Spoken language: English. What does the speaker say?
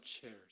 chairs